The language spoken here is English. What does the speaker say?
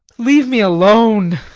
leave me alone.